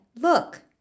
look